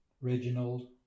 Reginald